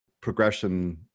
progression